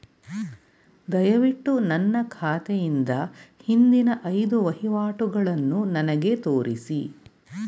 ದಯವಿಟ್ಟು ನನ್ನ ಖಾತೆಯಿಂದ ಹಿಂದಿನ ಐದು ವಹಿವಾಟುಗಳನ್ನು ನನಗೆ ತೋರಿಸಿ